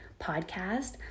podcast